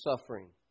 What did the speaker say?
suffering